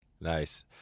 Nice